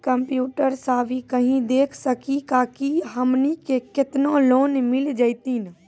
Computer सा भी कही देख सकी का की हमनी के केतना लोन मिल जैतिन?